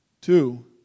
Two